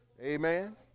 Amen